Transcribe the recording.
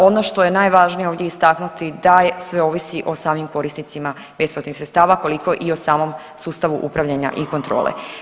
Ono što je najvažnije ovdje istaknuti, sve ovisi o samim korisnicima besplatnih sredstava koliko i o samom sustavu upravljanja i kontrole.